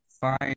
Fine